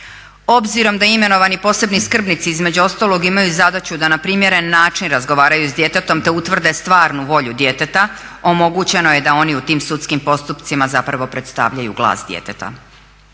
Obzirom da imenovani posebni skrbnici između ostalog imaju zadaću da na primjeren način razgovaraju s djetetom te utvrde stvarnu volju djeteta, omogućeno je da oni u tim sudskim postupcima zapravo predstavljaju glas djeteta.